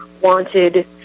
wanted